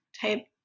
type